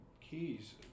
keys